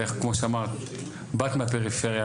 וכמו שאמרת באת מהפריפריה,